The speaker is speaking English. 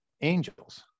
angels